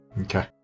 Okay